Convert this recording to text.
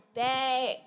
back